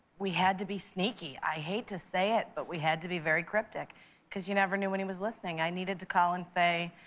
we had to be sneaky. i hate to say it, but we had to be very cryptic because you never knew when he was listening. i needed to call and say,